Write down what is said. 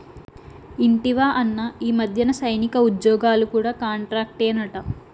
ఇంటివా అన్నా, ఈ మధ్యన సైనికుల ఉజ్జోగాలు కూడా కాంట్రాక్టేనట